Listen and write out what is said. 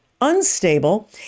unstable